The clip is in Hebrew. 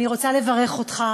אני רוצה לברך אותך.